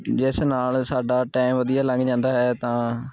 ਜਿਸ ਨਾਲ ਸਾਡਾ ਟੈਮ ਵਧੀਆ ਲੰਘ ਜਾਂਦਾ ਹੈ ਤਾਂ